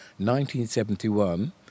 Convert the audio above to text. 1971